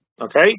okay